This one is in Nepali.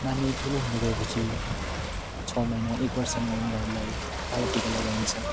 नानी ठुलो हुँदै गएपछि छ महिना एकवर्षमा उनीहरूलाई कालो टिका लगाइन्छ